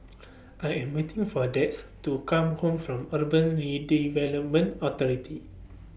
I Am waiting For Dax to Come Home from Urban Redevelopment Authority